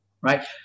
right